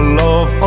love